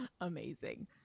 amazing